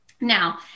Now